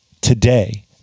today